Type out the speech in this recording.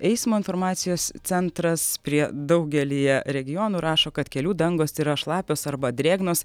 eismo informacijos centras prie daugelyje regionų rašo kad kelių dangos yra šlapios arba drėgnos